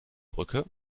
brücke